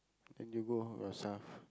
then you go yourself